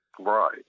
Right